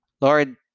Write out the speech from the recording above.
Lord